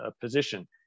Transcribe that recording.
position